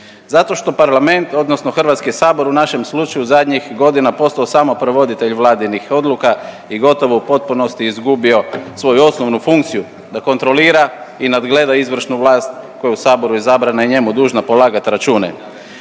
zato što Parlament odnosno HS u našem slučaju zadnjih godina postao samo provoditelj vladinih odluka i gotovo u potpunosti izgubio svoju osnovnu funkciju, da kontrolira i nadgleda izvršnu vlast koja je u Saboru izabrana i njemu dužna polagat račune.